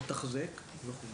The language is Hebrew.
לתחזק וכו'.